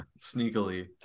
sneakily